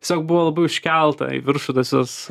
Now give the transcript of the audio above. tiesiog buvo labai užkelta į viršų tas visas